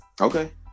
Okay